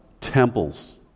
temples